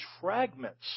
fragments